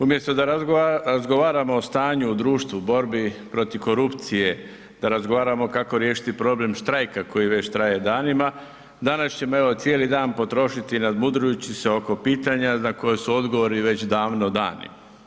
Umjesto da razgovaramo o stanju u društvu, borbi protiv korupcije, da razgovaramo kako riješiti problem štrajka koji već traje danima, danas ćemo evo cijeli dan potrošiti nadmudrujući se oko pitanja na koji su odgovori već davno dani.